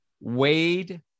Wade